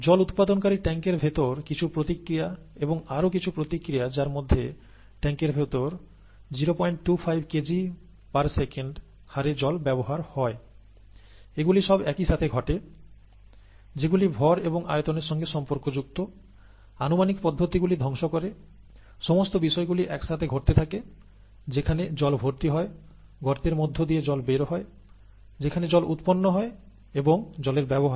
জল উৎপাদনকারী ট্যাংকের ভেতর কিছু প্রতিক্রিয়া এবং আরো কিছু প্রতিক্রিয়া যার মধ্যে ট্যাংকের ভেতর 0 25 কেজি সেকেন্ড হারে জল ব্যবহার হয় এগুলি সব একই সাথে ঘটে যেগুলি ভর এবং আয়তনের সঙ্গে সম্পর্কযুক্ত আনুমানিক পদ্ধতিগুলি নষ্ট করে দেয় সমস্ত বিষয়গুলি একসাথে ঘটতে থাকে যেখানে জল ভর্তি হয় গর্তের মধ্য দিয়ে জল বের হয় সেখানে জল উৎপন্ন হয় এবং জলের ব্যবহার হয়